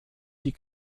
die